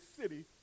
city